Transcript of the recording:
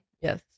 Yes